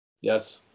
Yes